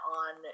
on